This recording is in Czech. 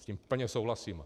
S tím plně souhlasím.